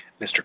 Mr